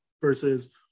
versus